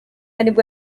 nibwo